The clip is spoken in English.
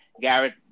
Garrett